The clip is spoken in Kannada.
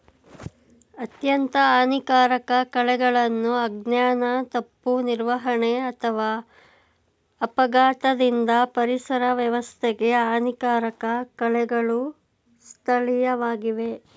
ಅತ್ಯಂತ ಹಾನಿಕಾರಕ ಕಳೆಗಳನ್ನು ಅಜ್ಞಾನ ತಪ್ಪು ನಿರ್ವಹಣೆ ಅಥವಾ ಅಪಘಾತದಿಂದ ಪರಿಸರ ವ್ಯವಸ್ಥೆಗೆ ಹಾನಿಕಾರಕ ಕಳೆಗಳು ಸ್ಥಳೀಯವಾಗಿವೆ